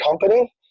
company